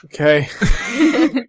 Okay